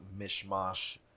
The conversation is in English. mishmash